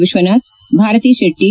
Vishwanath Bharati Shetla